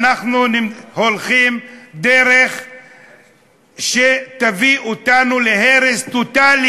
אנחנו הולכים בדרך שתביא אותנו להרס טוטלי